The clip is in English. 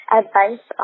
advice